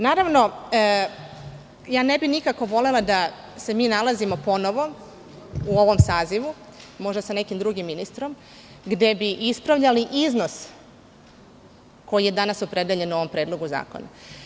Naravno, ne bih nikako volela da se mi nalazimo ponovo u ovom sazivu, možda sa nekim drugim ministrom gde bi ispravljali iznos koji je danas opredeljen u ovom predlogu zakona.